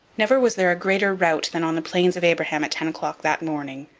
never was there a greater rout than on the plains of abraham at ten o'clock that morning.